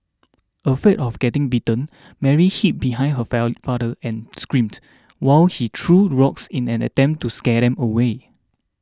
afraid of getting bitten Mary hid behind her father and screamed while he threw rocks in an attempt to scare them away